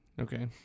Okay